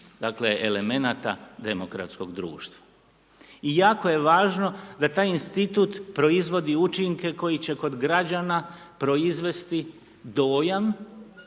dakle, elemenata demokratskog društva. I jako je važno da taj institut proizvodi učinke koji će kod građana proizvesti dojam,